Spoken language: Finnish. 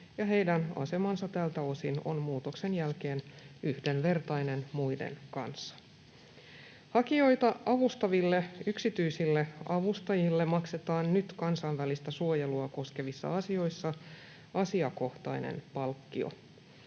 heidän asemansa tältä osin on muutoksen jälkeen yhdenvertainen muiden kanssa. Hakijoita avustaville yksityisille avustajille maksetaan nyt kansainvälistä suojelua koskevissa asioissa asiakohtainen palkkio.